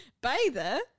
Bather